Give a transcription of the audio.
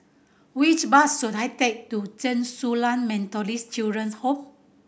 which bus should I take to Zhen Su Lan Methodist Children's Home